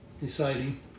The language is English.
deciding